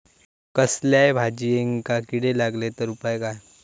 कसल्याय भाजायेंका किडे लागले तर उपाय काय?